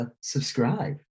Subscribe